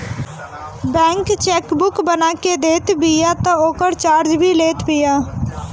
bank chequebook बना के देत बिया तअ ओकर चार्ज भी लेत बिया